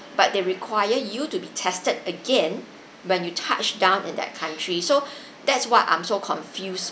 but they require you to be tested again when you touch down in that country so that's what I'm so confused